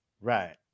Right